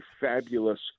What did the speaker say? fabulous